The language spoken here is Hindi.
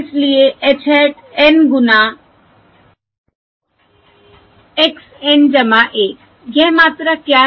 इसलिए h hat N गुना x N 1 यह मात्रा क्या है